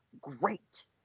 great